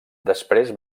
després